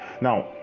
Now